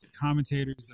Commentators